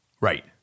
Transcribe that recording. Right